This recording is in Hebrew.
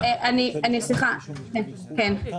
סליחה אני לא